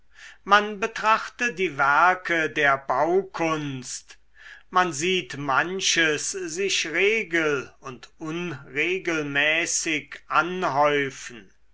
man betrachte die werke der baukunst man sieht manches sich regel und unregelmäßig anhäufen